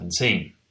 2017